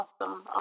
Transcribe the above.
Awesome